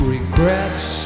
Regrets